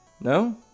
No